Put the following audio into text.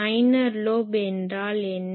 minor minor சிறிய lobe என்றால் என்ன